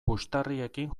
puxtarriekin